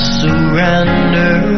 surrender